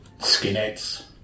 skinheads